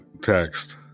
text